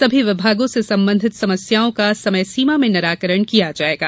सभी विभागों से संबंधित समस्याओं का समयसीमा में निराकरण किया जायेगा